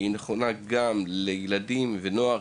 שהיא נכונה גם עבור ילדים ונוער,